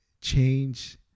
change